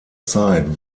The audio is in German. zeit